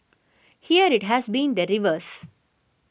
here it has been the reverse